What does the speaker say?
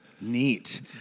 Neat